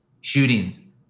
shootings